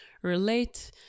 relate